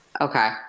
Okay